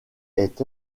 est